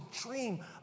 dream